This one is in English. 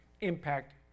impact